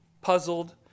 puzzled